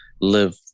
live